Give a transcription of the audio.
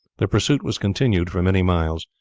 the pursuit was continued for many miles,